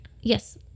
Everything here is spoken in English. yes